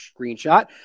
screenshot